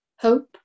Hope